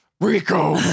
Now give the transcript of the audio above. Rico